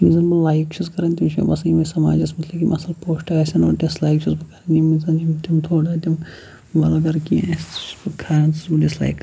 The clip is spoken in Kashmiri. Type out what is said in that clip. یِم زَن بہٕ لایک چھُس کَران تِم چھِ مےٚ باسان یِمَے سماجَس متعلق یِم اَصٕل پوسٹ آسن یِم ڈِسلایک چھُس بہٕ کَران یِم اِنسان چھِ یِم تِم تھوڑا تِم وَلگر کینٛہہ سُہ چھُس بہٕ کھَران سُہ چھُس بہٕ ڈِسلایک